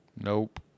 Nope